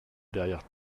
derrière